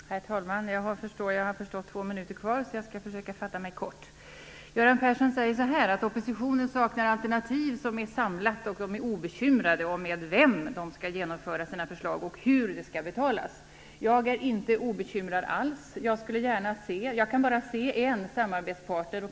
Herr talman! Jag har förstått att jag har två minuters taletid kvar, och jag skall försöka att fatta mig kort. Göran Persson säger att oppositionen saknar alternativ som är samlat att den är obekymrad om med vem man skall genomföra sina förslag och hur det skall betalas. Jag är inte alls obekymrad. Jag kan bara se en samarbetspartner.